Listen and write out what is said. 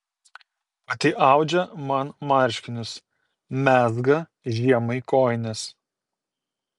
pati audžia man marškinius mezga žiemai kojines